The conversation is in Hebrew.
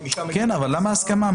כן, אבל למה הסכמה?